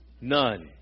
None